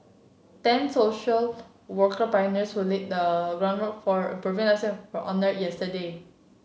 ten social worker pioneers who laid the groundwork for improving lives were honoured yesterday